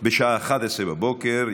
בשעה 11:00.